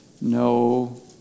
No